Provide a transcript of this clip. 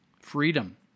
freedom